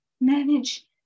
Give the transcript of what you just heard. manage